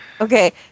Okay